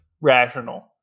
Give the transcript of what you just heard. rational